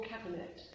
Cabinet